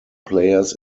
players